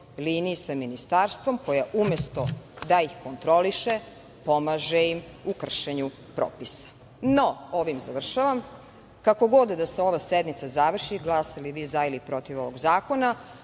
liniji sa ministarstvom, koja umesto, da ih kontroliše, pomaže im u kršenju propisa.No, ovim završavam, kako god da se ova sednica završi, glasali vi za ili protiv ovog zakona,